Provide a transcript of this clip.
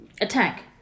attack